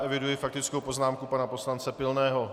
Eviduji faktickou poznámku pana poslance Pilného.